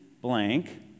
blank